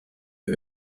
est